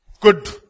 good